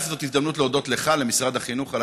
זאת הזדמנות להודות לך ולמשרד החינוך על